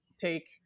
take